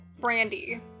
brandy